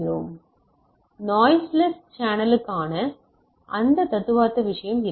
எனவே நாய்ஸ்லெஸ் சேனலுக்கான அந்த தத்துவார்த்த விஷயம் இருக்கிறது